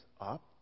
up